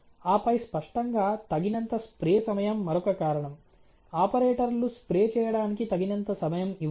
ఆపై స్పష్టంగా తగినంత స్ప్రే సమయం మరొక కారణం ఆపరేటర్లు స్ప్రే చేయడానికి తగినంత సమయం ఇవ్వరు